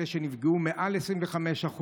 אלה שנפגעו במעל ל-25%